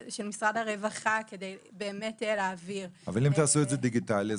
של משרד הרווחה כדי להעביר --- אבל אם תעשו את זה דיגיטלי יהיה